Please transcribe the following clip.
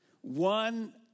one